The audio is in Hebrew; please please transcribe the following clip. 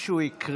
מה שהוא הקריא